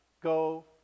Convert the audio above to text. go